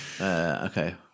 Okay